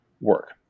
work